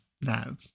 now